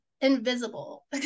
invisible